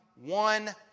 one